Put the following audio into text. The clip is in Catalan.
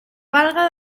valga